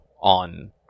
on